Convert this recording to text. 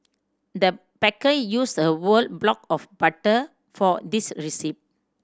the baker used a were block of butter for this recipe